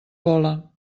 pola